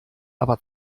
aber